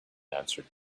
answered